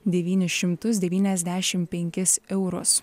devynis šimtus devyniasdešim penkis eurus